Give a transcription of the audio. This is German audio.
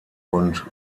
und